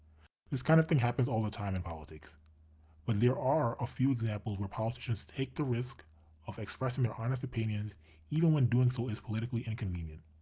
this kind of thing happens all the time in politics but there are a few examples where politicians take the risk of expressing their honest opinions even when doing so is politically inconvenient.